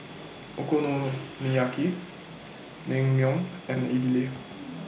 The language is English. Okonomiyaki Naengmyeon and Idili